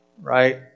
right